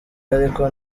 ariko